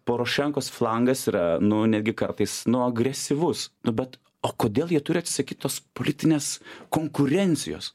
porošenkos flangas yra nu netgi kartais nu agresyvus nu bet o kodėl jie turi atsisakyti tos politinės konkurencijos